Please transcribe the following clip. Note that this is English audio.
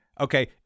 Okay